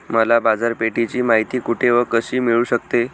मला बाजारपेठेची माहिती कुठे व कशी मिळू शकते?